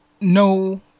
no